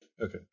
okay